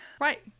Right